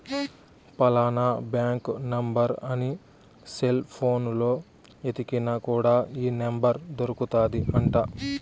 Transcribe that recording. ఫలానా bank number అని cell పోనులో ఎతికిన కూడా ఈ నెంబర్ దొరుకుతాది అంట